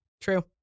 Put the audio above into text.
True